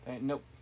Nope